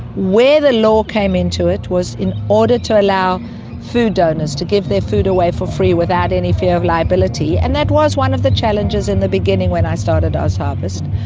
where the law came into it was in order to allow food donors to give their food away for free without any fear of liability, and that was one of the challenges in the beginning when i started ozharvest,